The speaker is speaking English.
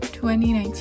2019